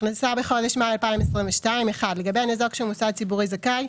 "הכנסה בחודש מאי 2022" לגבי ניזוק שהוא מוסד ציבורי זכאי,